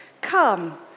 Come